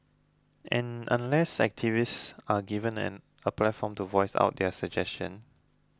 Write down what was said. and unless activists are given an a platform to voice out their suggestions